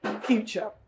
future